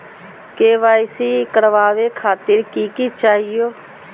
KYC करवावे खातीर कि कि चाहियो?